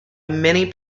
many